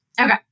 Okay